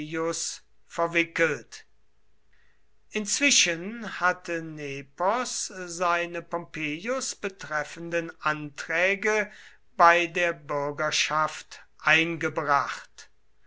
verwickelt inzwischen hatte nepos seine pompeius betreffenden anträge bei der bürgerschaft eingebracht